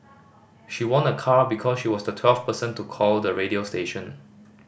she won a car because she was the twelfth person to call the radio station